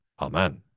Amen